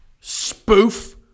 spoof